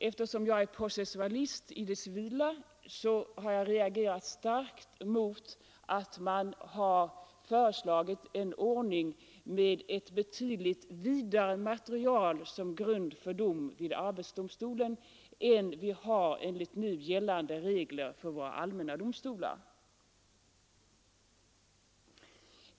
Eftersom jag är processualist i det civila, har jag reagerat starkt mot att man har föreslagit en ordning med ett betydligt vidare material som grund för dom vid arbetsdomstolen än vi har enligt nu gällande regler för allmänna domstolar.